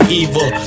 evil